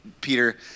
Peter